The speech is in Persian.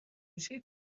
گوشه